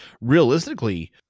realistically